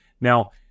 Now